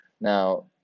Now